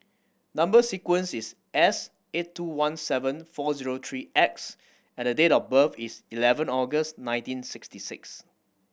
number sequence is S eight two one seven four zero three X and the date of birth is eleven August nineteen sixty six